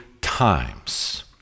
times